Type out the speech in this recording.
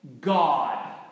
God